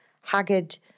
haggard